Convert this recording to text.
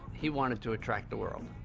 he wanted to attract the world.